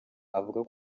avuga